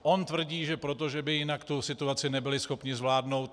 On tvrdí, že proto, že by jinak tu situaci nebyli schopni zvládnout.